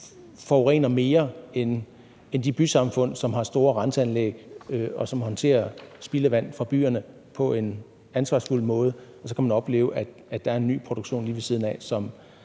forurener mere end de bysamfund, som har store renseanlæg, og som håndterer spildevand fra byerne på en ansvarsfuld måde; og så kan man opleve, at der er en ny produktion lige ved siden af,